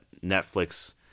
Netflix